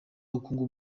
ubukungu